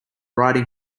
riding